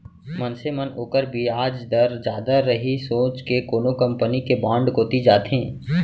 मनसे मन ओकर बियाज दर जादा रही सोच के कोनो कंपनी के बांड कोती जाथें